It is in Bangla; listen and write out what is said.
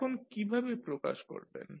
এখন কিভাবে প্রকাশ করবেন